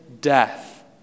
death